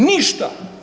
Ništa.